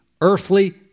earthly